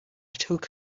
took